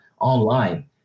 online